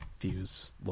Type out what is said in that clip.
views